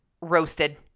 roasted-